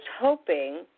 hoping